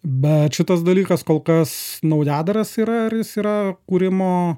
bet šitas dalykas kol kas naujadaras yra ir jis yra kūrimo